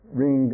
ring